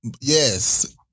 yes